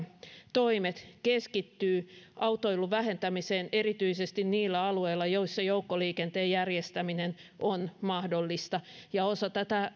toimet keskittyvät autoilun vähentämiseen erityisesti niillä alueilla joissa joukkoliikenteen järjestäminen on mahdollista osa tätä